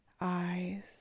eyes